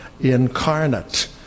incarnate